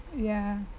ya